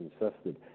insisted